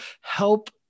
help